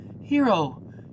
Hero